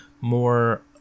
more